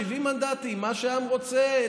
70 מנדטים, מה שהעם רוצה.